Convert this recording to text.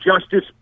justice